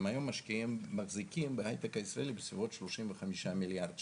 הם היום מחזיקים בהייטק הישראלי בסביבות 35 מיליארד שקל.